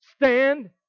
Stand